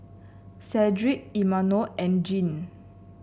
Cedric Imanol and Jean